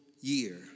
year